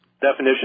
definition